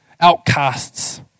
outcasts